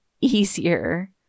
easier